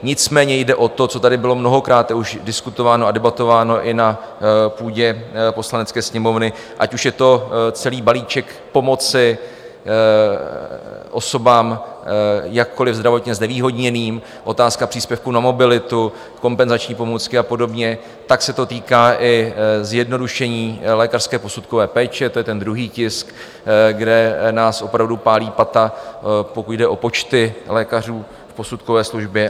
Nicméně jde o to, co tady bylo mnohokráte už diskutováno a debatováno i na půdě Poslanecké sněmovny, ať už je to celý balíček pomoci osobám jakkoliv zdravotně znevýhodněným, otázka příspěvku na mobilitu, kompenzační pomůcky a podobně, tak se to týká i zjednodušení lékařské posudkové péče to je ten druhý tisk, kde nás opravdu pálí pata, pokud jde o počty lékařů v posudkové službě.